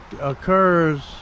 occurs